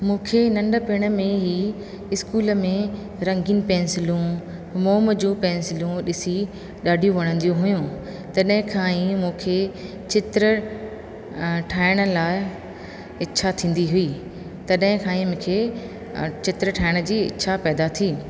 मूंखे नंढपिणु में ई इस्कूल में रंगीन पैंसिलूं मोम जूं पैसिलियूं ॾिसी ॾाढियूं वणंदियूं हुइयूं तॾहिं खां ई मूंखे चित्र ठाहिण लाइ इच्छा थींदी हुई तॾहिं खां ई मूंखे चित्र ठाहिण जी इच्छा पैदा थी